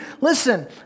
Listen